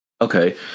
Okay